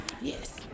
Yes